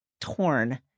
torn